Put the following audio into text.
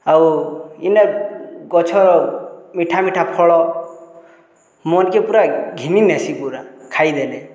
ଆଉ ଇନେ ଗଛ ମିଠା ମିଠା ଫଳ ମନ୍କେ ପୁରା ଘିନି ନେସି ପୁରା ଖାଇଦେଲେ